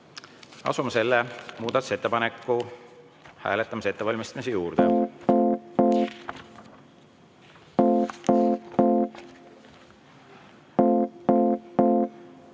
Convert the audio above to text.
Asume selle muudatusettepaneku hääletamise ettevalmistamise juurde.